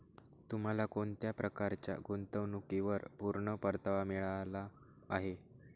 तुम्हाला कोणत्या प्रकारच्या गुंतवणुकीवर पूर्ण परतावा मिळाला आहे